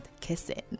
kissing